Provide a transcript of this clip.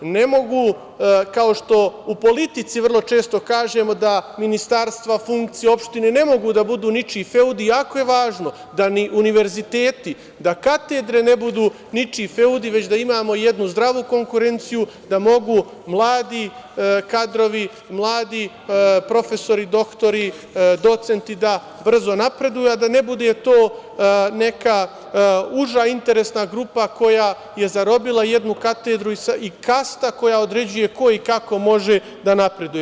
Ne mogu, kao što u politici vrlo često kažemo da ministarstva funkcije opštine ne mogu da budu ničiji feudi, jako je važno da ni univerziteti, da katedre ne budu ničiji feudi, već da imamo jednu zdravu konkurenciju da mogu mladi kadrovi, mladi profesori, doktori, docenti, da brzo napreduju, a da ne bude to neka uža interesna grupa koja je zarobila jednu katedru i kasta koja određuje ko i kako može da napreduje.